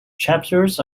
chapters